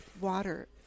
water